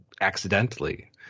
accidentally